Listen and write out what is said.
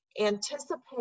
anticipate